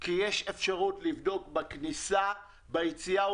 כי יש אפשרות לבדוק בכניסה וביציאה,